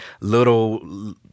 little